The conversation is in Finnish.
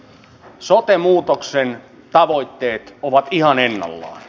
sote muutoksen tavoitteet ovat ihan ennallaan